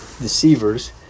deceivers